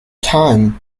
time